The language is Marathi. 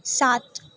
सात